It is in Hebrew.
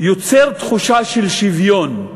יוצר תחושה של שוויון.